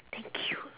thank you